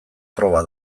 proba